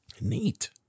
Neat